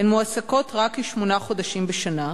הן מועסקות רק כשמונה חודשים בשנה,